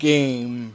Game